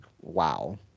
wow